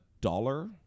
dollar